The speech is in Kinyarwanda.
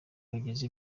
ugize